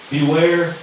Beware